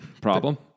Problem